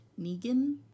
Negan